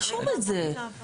רשום את זה.